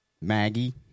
Maggie